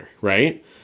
right